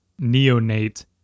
neonate